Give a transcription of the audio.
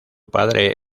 padre